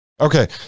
okay